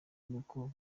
n’uko